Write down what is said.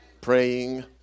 praying